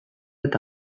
eta